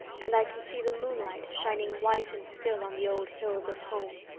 and i can see the moonlight shining white and still on the old hills of home.